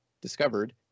discovered